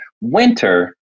winter